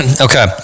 okay